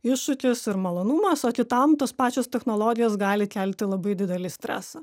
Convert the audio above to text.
iššūkis ir malonumas o kitam tos pačios technologijos gali kelti labai didelį stresą